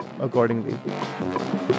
accordingly